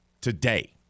today